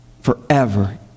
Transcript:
Forever